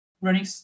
Running